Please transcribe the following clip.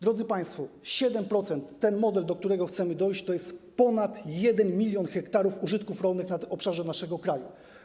Drodzy państwo, 7%, ten model, do którego chcemy dojść, to ponad 1 mln ha użytków rolnych na obszarze naszego kraju.